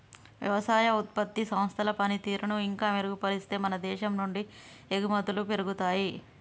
వ్యవసాయ ఉత్పత్తి సంస్థల పనితీరును ఇంకా మెరుగుపరిస్తే మన దేశం నుండి ఎగుమతులు పెరుగుతాయి